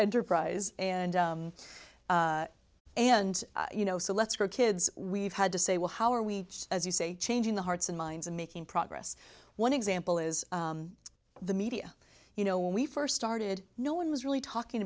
enterprise and and you know so let's go kids we've had to say well how are we as you say changing the hearts and minds and making progress one example is the media you know when we first started no one was really talking